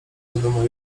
zadumą